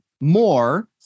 more